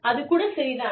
அது கூட சரிதான்